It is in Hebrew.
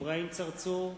אברהים צרצור,